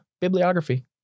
bibliography